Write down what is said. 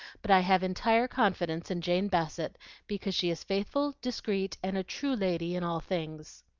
but i have entire confidence in jane bassett because she is faithful, discreet, and a true lady in all things.